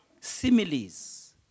similes